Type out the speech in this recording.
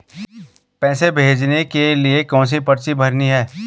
पैसे भेजने के लिए कौनसी पर्ची भरनी है?